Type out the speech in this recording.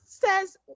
says